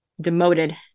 Demoted